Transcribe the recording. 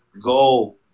Go